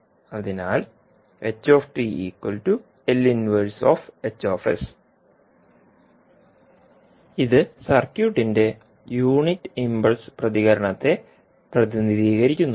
അതിനാൽ ഇത് സർക്യൂട്ടിന്റെ യൂണിറ്റ് ഇംപൾസ് പ്രതികരണത്തെ പ്രതിനിധീകരിക്കുന്നു